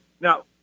Now